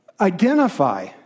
identify